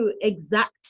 exact